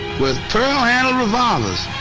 with pearl handled revolvers!